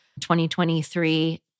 2023